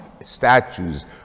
statues